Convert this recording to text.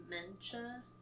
dementia